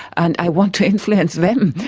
and i want to influence them.